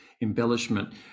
embellishment